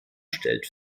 stellt